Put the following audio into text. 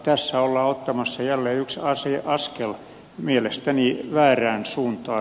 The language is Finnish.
tässä ollaan ottamassa jälleen yksi askel mielestäni väärään suuntaan